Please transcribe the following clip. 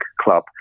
club